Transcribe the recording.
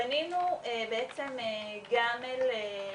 פנינו גם לנציגים